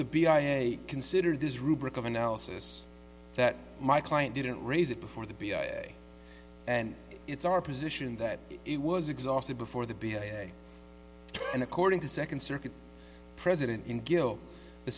the b i i considered this rubric of analysis that my client didn't raise it before the b and it's our position that it was exhausted before the b a a n according to second circuit president in gill the